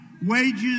Wages